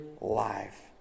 life